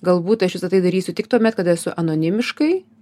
galbūt aš visa tai darysiu tik tuomet kad esu anonimiškai